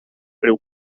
riu